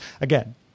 again